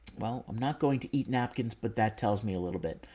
well, i'm not going to eat napkins, but that tells me a little bit.